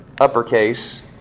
uppercase